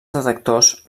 detectors